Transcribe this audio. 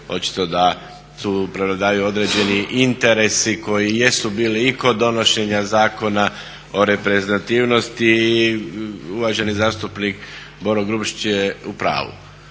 očito da tu prevladavaju određeni interesi koji jesu bili i kod donošenja Zakona o reprezentativnosti. I uvaženi zastupnik Boro Grubišić je u pravu.